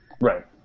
Right